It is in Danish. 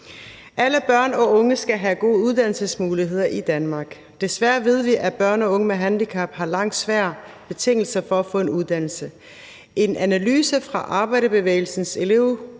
Alle børn og unge skal have gode uddannelsesmuligheder i Danmark. Desværre ved vi, at børn og unge med handicap har langt sværere betingelser for at få en uddannelse. En analyse fra Arbejderbevægelsens